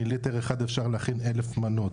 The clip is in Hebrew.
מליטר אחד אפשר להכין 1,000 מנות,